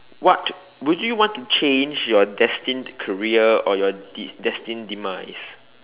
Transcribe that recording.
what would you want to change your destined career or your de~ destined demise